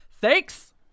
Thanks